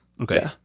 Okay